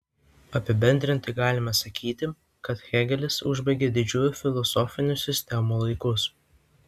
apibendrintai galime sakyti kad hėgelis užbaigė didžiųjų filosofinių sistemų laikus